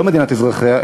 היא לא מדינת אזרחיה,